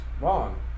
wrong